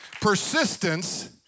Persistence